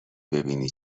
ببینی